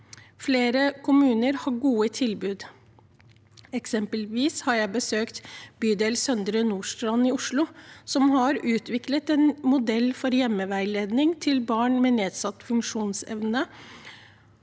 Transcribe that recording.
Flere kommuner har gode tilbud. Eksempelvis har jeg besøkt bydel Søndre Nordstrand i Oslo, som har utviklet en modell for hjemmeveiledning til barn med nedsatt funksjonsevne,